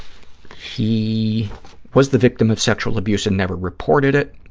he was the victim of sexual abuse and never reported it.